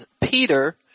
Peter